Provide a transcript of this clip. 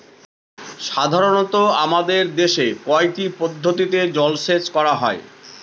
সাধারনত আমাদের দেশে কয়টি পদ্ধতিতে জলসেচ করা হয়?